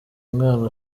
umwana